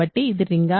కాబట్టి ఇది రింగా